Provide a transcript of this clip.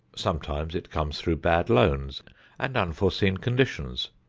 sometimes it comes through bad loans and unforeseen conditions.